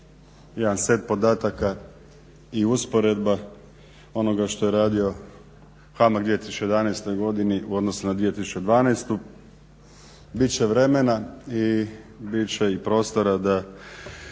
jedan set podataka i usporedba onoga što je radio HAMAG u 2011. godini u odnosu na 2012. Bit će vremena i bit će i prostora da